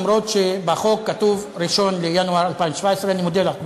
גם אם בחוק כתוב: 1 בינואר 2017. אני מודה לך,